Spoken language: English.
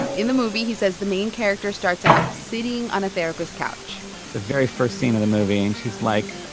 in the movie, he says, the main character starts out sitting on a therapist's couch the very first scene in the movie and she's like,